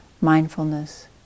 Mindfulness